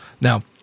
Now